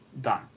done